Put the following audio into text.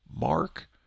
Mark